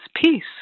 peace